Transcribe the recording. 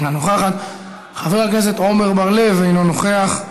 אינה נוכחת, חבר הכנסת עמר בר-לב, אינו נוכח.